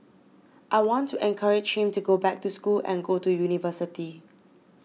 I want to encourage him to go back to school and go to university